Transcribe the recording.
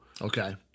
Okay